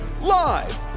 live